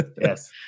Yes